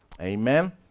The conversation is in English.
Amen